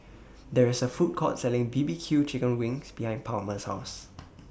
There IS A Food Court Selling B B Q Chicken Wings behind Palmer's House